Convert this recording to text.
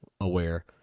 aware